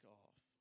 off